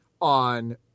on